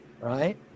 Right